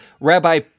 Rabbi